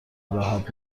راحت